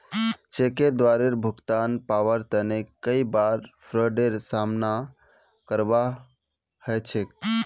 चेकेर द्वारे भुगतान पाबार तने कई बार फ्राडेर सामना करवा ह छेक